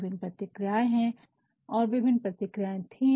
विभिन्न प्रतिक्रियाएं हैं और बल्कि विभिन्न प्रतिक्रियाएं थी